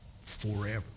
forever